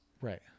Right